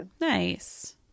nice